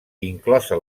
inclosa